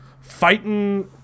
fighting